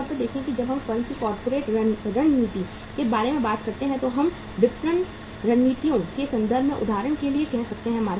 आम तौर पर देखें कि जब आप फर्म की कॉर्पोरेट रणनीति के बारे में बात करते हैं तो हम विपणन रणनीतियों के संदर्भ में उदाहरण के लिए कह सकते हैं